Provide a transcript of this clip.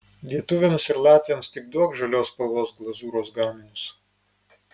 lietuviams ir latviams tik duok žalios spalvos glazūros gaminius